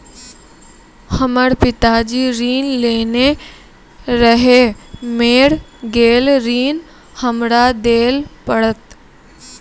हमर पिताजी ऋण लेने रहे मेर गेल ऋण हमरा देल पड़त?